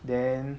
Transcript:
then